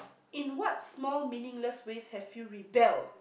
in what small meaningless ways have you rebelled